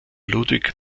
ludwig